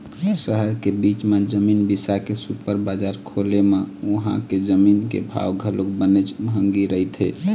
सहर के बीच म जमीन बिसा के सुपर बजार खोले म उहां के जमीन के भाव घलोक बनेच महंगी रहिथे